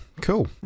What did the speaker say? cool